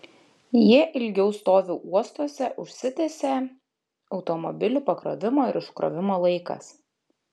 jie ilgiau stovi uostuose užsitęsia automobilių pakrovimo ir iškrovimo laikas